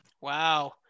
Wow